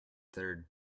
third